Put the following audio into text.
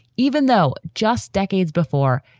even though just decades before,